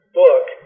book